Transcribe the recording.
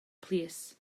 plîs